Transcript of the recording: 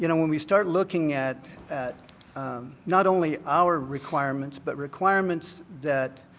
you know when we start looking at at not only our requirements but requirements that